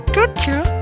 Gotcha